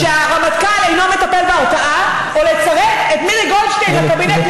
שהרמטכ"ל אינו מטפל בהרתעה או לצרף את מירי גולדשטיין לקבינט,